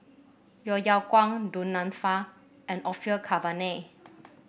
Yeo Yeow Kwang Du Nanfa and Orfeur Cavenagh